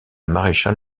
maréchal